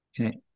Okay